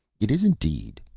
it is, indeed,